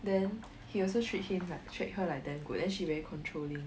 then he also treat him like treat her like damn good then she very controlling